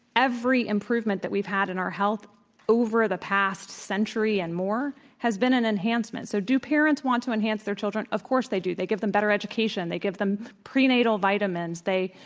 every improvement that we've had in our health over the past century and more has been an enhancement. so do parents want to enhance their children? of course, they do. they give them better education. they give them prenatal vitamins. they,